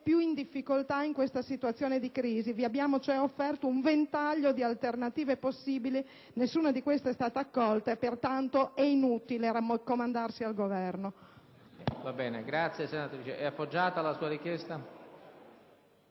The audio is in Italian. in difficoltain questa situazione di crisi. Vi abbiamo offerto un ventaglio di alternative possibili; nessuna di esse e sta accolta. Pertanto, e` inutile raccomandarsi al Governo.